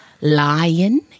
Lion